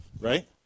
Right